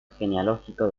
genealógico